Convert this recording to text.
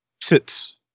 sits